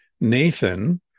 Nathan